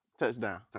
Touchdown